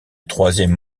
troisième